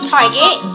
Target